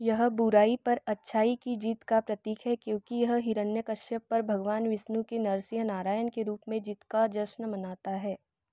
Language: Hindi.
यह बुराई पर अच्छाई की जीत का भी प्रतीक है क्योंकि यह हिरण्यकश्यप पर भगवान विष्णु की नरसिंह नारायण के रूप में जीत का जश्न मनाता है